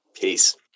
Peace